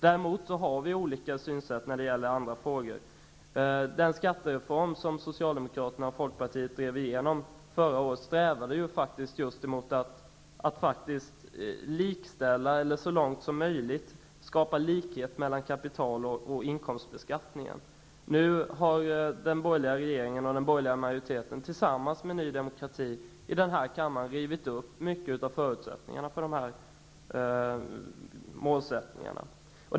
Däremot har vi olika synsätt när det gäller andra frågor. När det gäller den skattereform som Socialdemokraterna och Folkpartiet förra året drev igenom var strävan att likställa, eller så långt som möjligt skapa likhet mellan, kapital och inkomstbeskattningen. Nu har den borgerliga regeringen och den borgerliga majoriteten i denna kammare tillsammans med Ny demokrati rivit upp en stor del av förutsättningarna för att nå dessa mål.